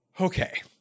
Okay